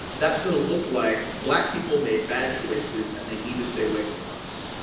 that's going to look like black people made bad choices and they need to stay away from us.